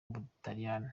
butaliyani